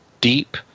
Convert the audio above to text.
deep